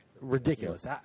ridiculous